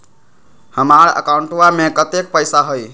हमार अकाउंटवा में कतेइक पैसा हई?